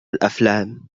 الأفلام